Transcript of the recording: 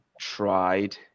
tried